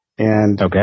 Okay